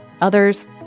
Others